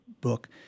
book